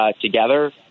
together